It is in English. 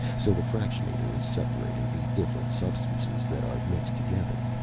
so the fractionator is separating the different substances that are mixed together.